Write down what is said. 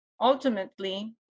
ultimately